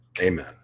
Amen